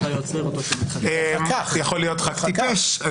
יכול להיות ח"כ טיפש.